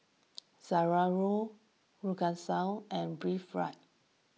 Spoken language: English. Zalora Duracell and Breathe Right